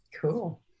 Cool